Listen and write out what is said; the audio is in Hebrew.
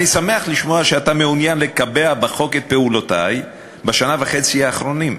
שאני שמח לשמוע שאתה מעוניין לקבע בחוק את פעולותי בשנה וחצי האחרונות.